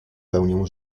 pełnią